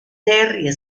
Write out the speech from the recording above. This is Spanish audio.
terry